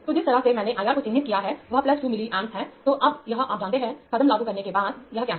तो जिस तरह से मैंने I R को चिह्नित किया है वह 2 मिलीएम्प्स है तो अब यह आप जानते हैं कदम लागू करने के तुरंत बाद यह क्या है